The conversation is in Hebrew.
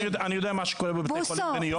אני יודע מה שקורה בבתי חולים בניו יורק,